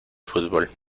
fútbol